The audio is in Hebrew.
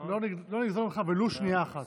לא נגזול ממך ולו שנייה אחת.